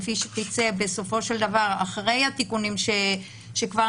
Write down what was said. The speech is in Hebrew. כפי שיצא בסופו של דבר אחרי התיקונים שכבר